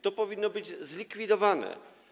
To powinno być zlikwidowane.